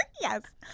Yes